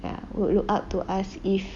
would look up to us if